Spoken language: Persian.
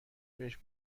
بهش